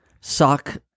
sock